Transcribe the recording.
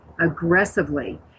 aggressively